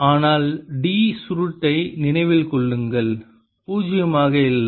ஆனால் D சுருட்டை நினைவில் கொள்ளுங்கள் பூஜ்ஜியமாக இல்லை